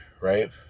right